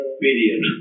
period